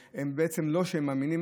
ובעצם זה לא שהם מאמינים